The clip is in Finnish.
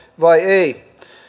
vai ei